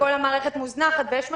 וכשכל המערכת מוזנחת ויש משבר,